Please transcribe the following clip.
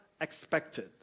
expected